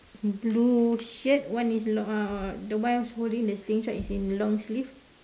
blue shirt one is long uh the one holding the slingshot is in long sleeve